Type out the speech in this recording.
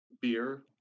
beer